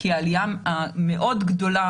כי העלייה המאוד גדולה